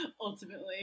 Ultimately